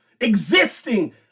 Existing